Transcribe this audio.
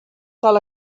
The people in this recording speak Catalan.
cal